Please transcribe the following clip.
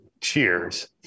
cheers